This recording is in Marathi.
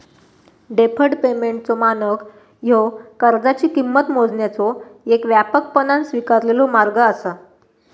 डेफर्ड पेमेंटचो मानक ह्यो कर्जाची किंमत मोजण्याचो येक व्यापकपणान स्वीकारलेलो मार्ग असा